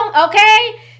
okay